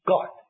God